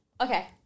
Okay